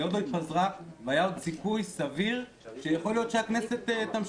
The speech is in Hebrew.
היא עוד לא התפזרה והיה עוד סיכוי סביר שיכול להיות שהכנסת תמשיך.